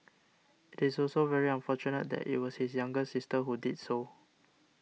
it is also very unfortunate that it was his younger sister who did so